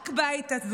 רק בית עזוב.